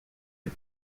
des